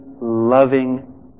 loving